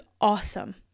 awesome